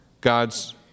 God's